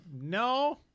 No